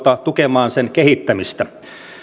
tukemaan sen kehittämistä